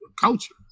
culture